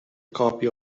copy